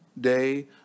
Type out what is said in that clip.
day